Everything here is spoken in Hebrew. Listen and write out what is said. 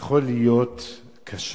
יכול להיות קשה,